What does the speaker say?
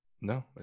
No